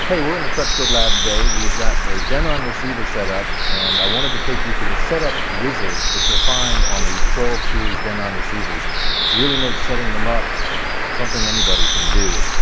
hey. we're in the crutchfield lab today. we've got a denon receiver set up and i wanted to take you through the setup wizard that you'll find on the twelve series denon receivers. it really makes setting them up something anybody can do.